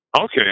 Okay